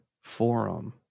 forum